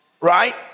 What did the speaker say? right